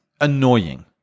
annoying